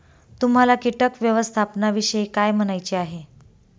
तुम्हाला किटक व्यवस्थापनाविषयी काय म्हणायचे आहे?